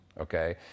Okay